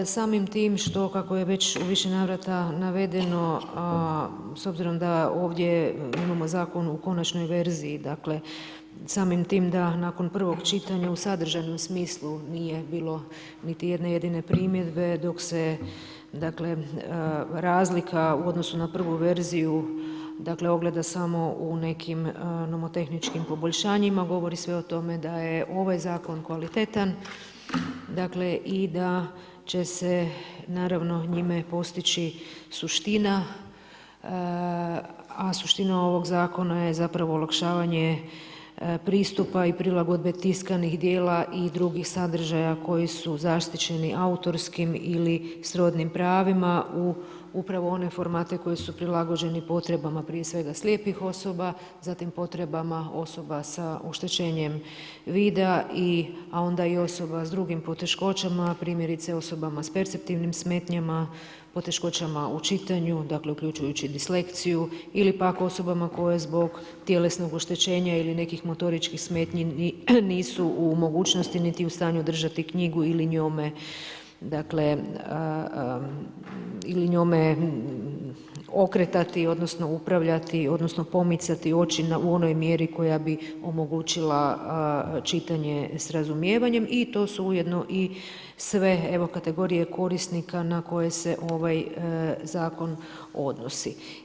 Samim tim što, kako je već u više navrata navedeno, s obzirom da ovdje imamo zakon u konačnoj verziji, dakle samim tim da nakon prvog čitanja u sadržajnom smislu nije bilo niti jedne jedine primjedbe, dok se dakle razlika u odnosu na prvu verziju ogleda samo u nekim nomotehničkim poboljšanjima govori sve o tome da je ovaj zakon kvalitetan i da će se naravno njime postići suština, a suština ovog zakona je zapravo olakšavanje pristupa i prilagodbe tiskanih dijela i drugih sadržaja koji su zaštićeni autorskim ili srodnim pravima upravo u one formate koji su prilagođeni potrebama, prije svega slijepih osoba, zatim potrebama osoba sa oštećenjem vida, a onda i osoba s drugim poteškoćama, primjerice osobama s perceptivnim smetnjama, poteškoćama u čitanju, dakle uključujući disleksiju ili pak osobama koje zbog tjelesnog oštećenja ili nekih motoričkih smetnji nisu u mogućnosti niti u stanju držati knjigu ili njome okretati, odnosno upravljati, odnosno pomicati oči u onoj mjeri koja bi omogućila čitanje s razumijevanjem i to su ujedno i sve kategorije korisnika na koje se ovaj zakon odnosi.